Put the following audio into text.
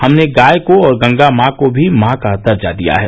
हमने गाय को और गंगा माँ को भी माँ का दर्जा दिया है